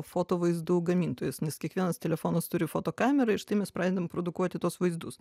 foto vaizdų gamintojais nes kiekvienas telefonas turi fotokamerą ir štai mes pradedam produkuoti tuos vaizdus